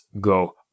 go